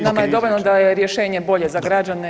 Nama je dovoljno da je rješenje bolje za građane.